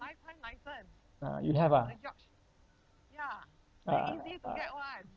ah you have ah uh uh